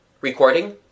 Recording